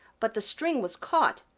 but the string was caught,